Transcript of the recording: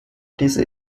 diese